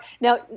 Now